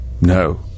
No